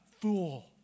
fool